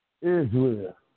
Israel